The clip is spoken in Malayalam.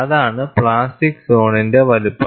അതാണ് പ്ലാസ്റ്റിക് സോണിന്റെ വലുപ്പം